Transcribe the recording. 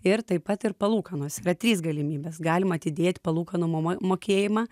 ir taip pat ir palūkanos yra trys galimybės galima atidėt palūkanų mokėjimą